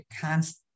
constantly